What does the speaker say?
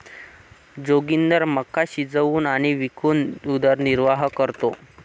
जोगिंदर मका शिजवून आणि विकून उदरनिर्वाह करतो